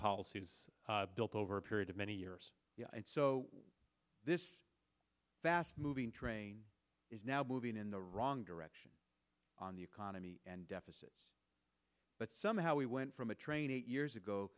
is built over a period of many years and so this fast moving train is now moving in the wrong direction on the economy and deficits but somehow we went from a train eight years ago